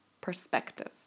perspective